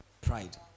Pride